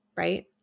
Right